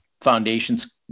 foundations